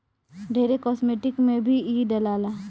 ढेरे कास्मेटिक में भी इ डलाला